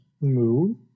move